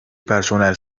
personel